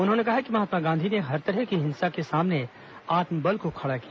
उन्होंने कहा कि महात्मा गांधी ने हर तरह की हिंसा के सामने आत्मबल को खड़ा किया